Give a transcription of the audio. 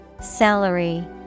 Salary